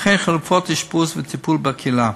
וכן חלופות אשפוז וטיפול בקהילה.